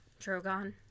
Drogon